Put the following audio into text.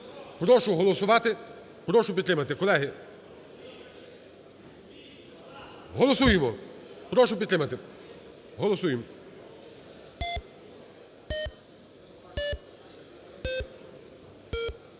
Прошу голосувати, прошу підтримати, колеги. Голосуємо, прошу підтримати, голосуємо.